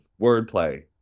wordplay